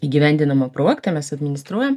įgyvendinamą projektą mes administruojam